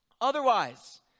Otherwise